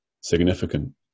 significant